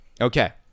okay